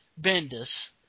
Bendis